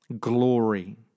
glory